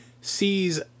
sees